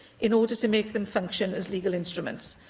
in order to make them function as legal instruments,